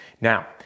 Now